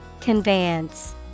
Conveyance